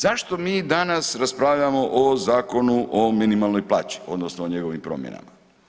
Zašto mi danas raspravljamo o Zakonu o minimalnoj plaći odnosno o njegovim promjenama?